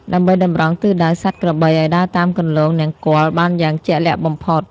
ដើម្បីតម្រង់ទិសដៅសត្វក្របីឱ្យដើរតាមគន្លងនង្គ័លបានយ៉ាងជាក់លាក់បំផុត។